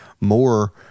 More